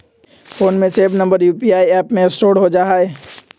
phone में save number UPI app में store हो जा हई